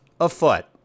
afoot